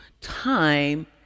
time